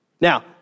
Now